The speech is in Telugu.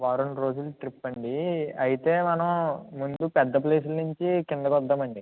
వారం రోజులు ట్రిప్ అండి అయితే మనం ముందు పెద్ద ప్లేసులు నుంచి కిందకి వద్దామండి